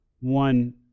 one